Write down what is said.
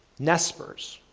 nesspurs.